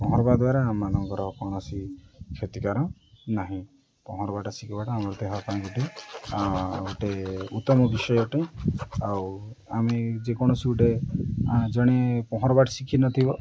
ପହଁରିବା ଦ୍ୱାରା ଆମମାନଙ୍କର କୌଣସି କ୍ଷତିକାର ନାହିଁ ପହଁରିବାଟା ଶିଖିବାଟା ଆମର ଦେହ ପାଇଁ ଗୋଟେ ଗୋଟେ ଉତ୍ତମ ବିଷୟ ଅଟେ ଆଉ ଆମେ ଯେକୌଣସି ଗୋଟେ ଜଣେ ପହଁରବାଟା ଶିଖିନଥିବ